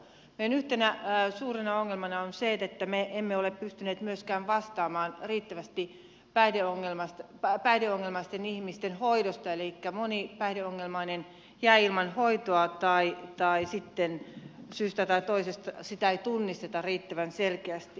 meillä yhtenä suurena ongelmana on se että me emme ole pystyneet myöskään vastaamaan riittävästi päihdeongelmaisten ihmisten hoidosta elikkä moni päihdeongelmainen jää ilman hoitoa tai sitten syystä tai toisesta sitä ei tunnisteta riittävän selkeästi